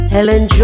Helen